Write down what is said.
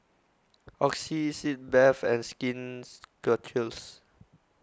Oxy Sitz Bath and Skin Ceuticals